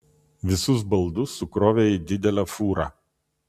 visus baldus sukrovė į didelę fūrą